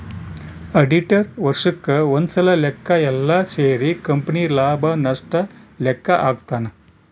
auditor ವರ್ಷಕ್ ಒಂದ್ಸಲ ಲೆಕ್ಕ ಯೆಲ್ಲ ಸೇರಿ ಕಂಪನಿ ಲಾಭ ನಷ್ಟ ಲೆಕ್ಕ ಹಾಕ್ತಾನ